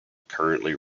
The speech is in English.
currently